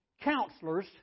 counselors